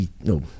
no